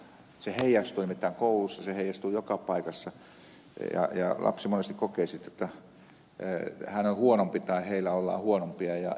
se heijastuu nimittäin koulussa se heijastuu joka paikassa ja lapsi monesti kokee sitten jotta hän on huonompi tai heillä ollaan huonompia ja jo se elämänasenne lähtee sieltä